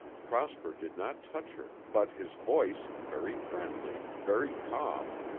prosper did not touch her, but his voice, very friendly, very calm,